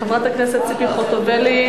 חברת הכנסת ציפי חוטובלי.